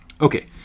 Okay